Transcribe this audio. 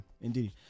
Indeed